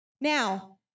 Now